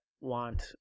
want